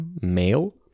male